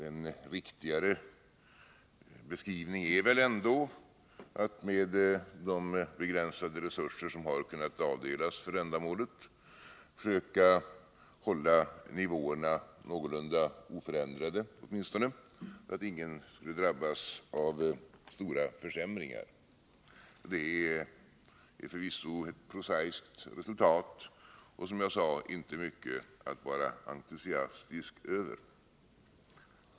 En riktigare beskrivning är väl ändå att man, med de begränsade resurser som har kunnat avdelas för ändamålet, har försökt att åtminstone hålla nivåerna någorlunda oförändrade, så att ingen drabbas av stora försämringar. Det är förvisso ett prosaiskt resultat, och som sagt, inte mycket att vara entusiastisk över.